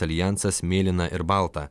aljansas mėlyna ir balta